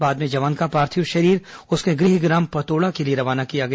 बाद में जवान का पार्थिव शरीर उसके गृहग्राम पतोड़ा के लिए रवाना किया गया